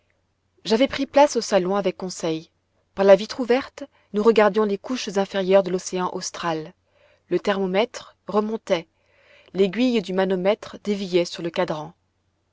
j'avais pris place au salon avec conseil par la vitre ouverte nous regardions les couches inférieures de l'océan austral le thermomètre remontait l'aiguille du manomètre déviait sur le cadran